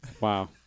Wow